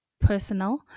personal